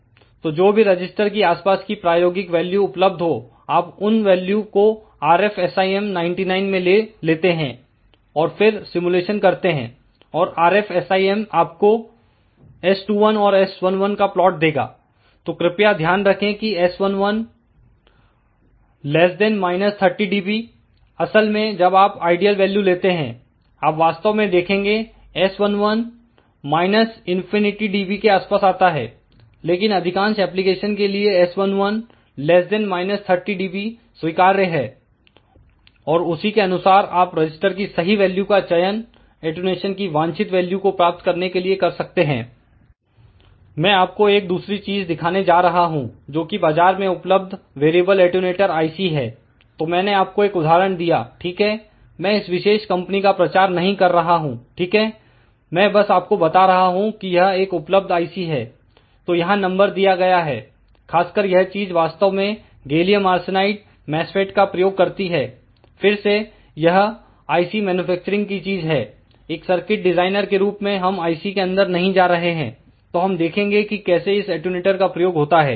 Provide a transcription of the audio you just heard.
तो जो भी रजिस्टर की आसपास की प्रायोगिक वैल्यू उपलब्ध हो आप उन वैल्यू को RFSIM99 में ले लेते हैं और फिर सिमुलेशन करते हैं और RFSIM आपको S21 और S11 का प्लॉट देगा तो कृपया ध्यान रखें कि S11 30dB असल में जब आप आइडियल वैल्यू लेते हैं आप वास्तव में देखेंगे S11 ∞dB के आसपास आता है लेकिन अधिकांश एप्लीकेशन के लिए S11 30dB स्वीकार्य है और तब आप देखते हैं S21 की वैल्यू क्या है और उसी के अनुसार आप रजिस्टर की सही वैल्यू का चयन अटेंन्यूशन की वांछित वैल्यू को प्राप्त करने के लिए कर सकते हैं मैं आपको एक दूसरी चीज दिखाने जा रहा हूं जो कि बाजार में उपलब्ध वेरिएबल अटैंयूटर IC है तो मैंने आपको एक उदाहरण दिया ठीक है मैं इस विशेष कंपनी का प्रचार नहीं कर रहा हूं ठीक है मैं बस आपको बता रहा हूं कि यह एक उपलब्ध IC है तो यहां नंबर दिया गया है और खासकर यह चीज वास्तव में गैलियम आर्सेनाइड मैसफेट का प्रयोग करती है फिर से यह IC मैन्युफैक्चरिंग की चीज है एक सर्किट डिजाइनर के रूप में हम IC के अंदर नहीं जा रहे हैं तो हम देखेंगे कि कैसे इस अटैंयूटर का प्रयोग होता है ठीक है